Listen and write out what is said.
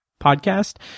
podcast